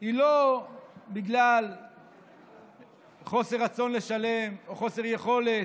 היא לא בגלל חוסר רצון לשלם או חוסר יכולת,